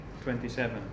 27